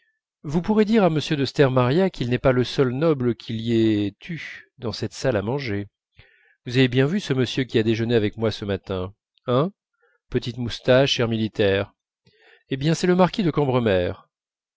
vous pourrez dire à m de stermaria qu'il n'est pas le seul noble qu'il y ait dans cette salle à manger vous avez bien vu ce monsieur qui a déjeuné avec moi ce matin hein petites moustaches air militaire eh bien c'est le marquis de cambremer